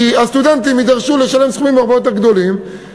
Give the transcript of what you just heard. כי הסטודנטים יידרשו לשלם סכומים הרבה יותר גדולים,